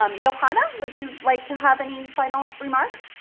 um yeah johanna, would you like to have any final remarks?